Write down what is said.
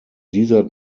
dieser